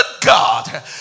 God